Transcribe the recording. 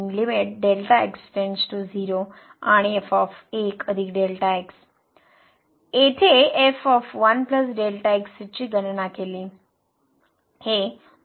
येथे f ची गणना केली